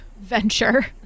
venture